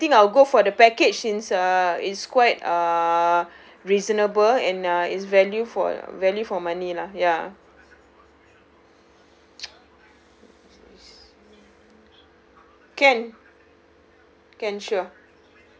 ya I think I will go for the package since uh it's quite uh reasonable and uh is value for value for money lah ya can can sure